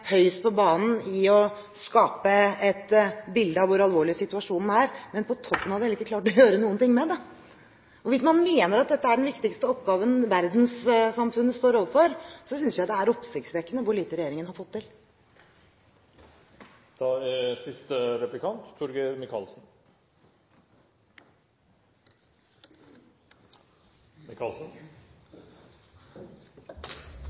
høyest på banen i å skape et bilde av hvor alvorlig situasjonen er, men på toppen av det hele ikke har klart å gjøre noe med det. Hvis man mener at dette er den viktigste oppgaven verdenssamfunnet står overfor, synes jeg det er oppsiktsvekkende hvor lite regjeringen har fått til.